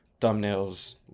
thumbnails